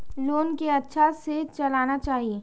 Loan के अच्छा से चलाना चाहि?